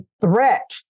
threat